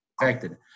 affected